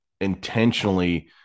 intentionally